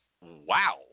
Wow